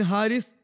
Haris